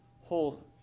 whole